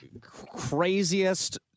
craziest